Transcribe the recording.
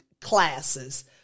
classes